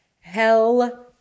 Hell